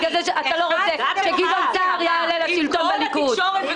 בגלל זה אתה לא רוצה שגדעון סער יעלה לשלטון בליכוד.